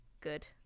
Good